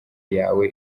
yawe